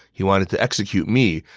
he wanted to execute me,